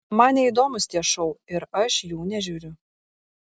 man neįdomūs tie šou ir aš jų nežiūriu